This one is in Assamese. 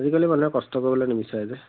আজিকালি মানুহ কষ্ট কৰিবলে নিবিচাৰে দেই